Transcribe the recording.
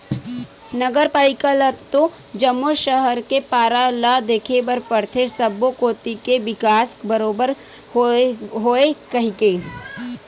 नगर पालिका ल तो जम्मो सहर के पारा ल देखे बर परथे सब्बो कोती के बिकास बरोबर होवय कहिके